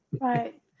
right